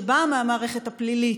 שבאה מהמערכת הפלילית,